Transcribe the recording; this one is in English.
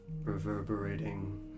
reverberating